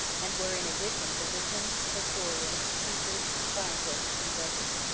and were in addition physicians, historians, teachers, scientists, and judges.